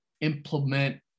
implement